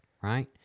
right